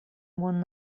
one